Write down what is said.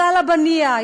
אותה לבנִיה,